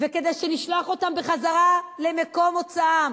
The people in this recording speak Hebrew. וכדי שנשלח אותם בחזרה למקום מוצאם.